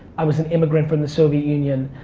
i was an immigrant from the soviet union.